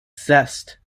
zest